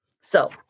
So-